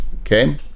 okay